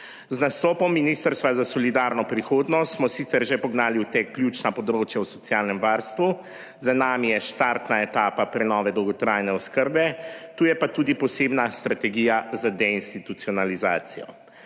Z nastopom Ministrstva za solidarno prihodnost smo sicer že pognali ključna področja o socialnem varstvu. Za nami je štartna etapa prenove dolgotrajne oskrbe, tu je pa tudi posebna strategija za deinstitucionalizacijo.